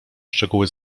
szczegóły